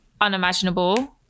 unimaginable